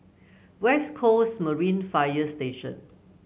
West Coast Marine Fire Station